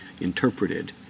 interpreted